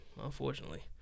Unfortunately